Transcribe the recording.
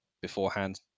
beforehand